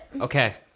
Okay